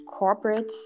corporates